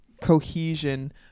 cohesion